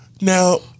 Now